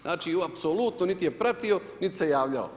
Znači apsolutno nit je pratio, nit se javljao.